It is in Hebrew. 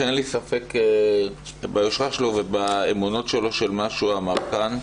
שאין לי ספק ביושרה שלו ובאמונות שלו כפי שאמר כאן,